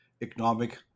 economic